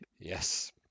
Yes